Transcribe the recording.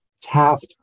Taft